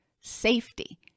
safety